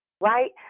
right